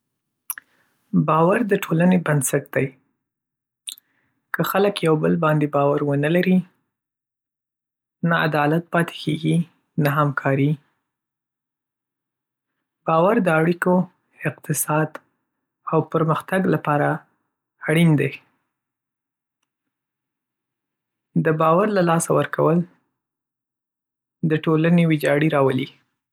باور د ټولنې بنسټ دی. که خلک یو بل باندې باور ونلري، نه عدالت پاتې کېږي، نه همکاري. باور د اړیکو، اقتصاد، او پرمختګ لپاره اړین دی. د باور له لاسه ورکول د ټولنې ویجاړي راولي.